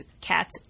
cats